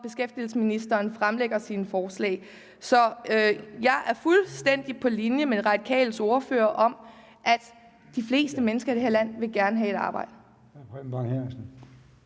beskæftigelsesministeren fremlægger sine forslag. Så jeg er fuldstændig på linje med De Radikales ordfører: De fleste mennesker i det her land vil gerne have et arbejde.